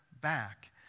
back